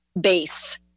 base